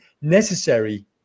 necessary